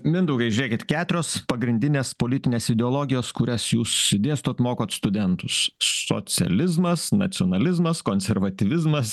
mindaugai žiūrėkit keturios pagrindinės politinės ideologijos kurias jūs dėstot mokot studentus socializmas nacionalizmas konservatyvizmas